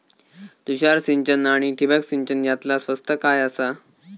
तुषार सिंचन आनी ठिबक सिंचन यातला स्वस्त काय आसा?